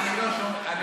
בצלאל, אני לא שומע.